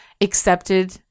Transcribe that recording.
accepted